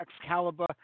Excalibur